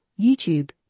YouTube